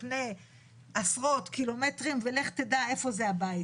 פני עשרות קילומטרים ולך תדע איפה זה הבית.